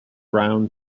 brown